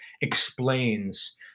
explains